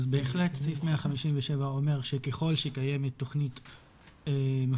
אז בהחלט סעיף 157 אומר שככל שקיימת תכנית מפורטת,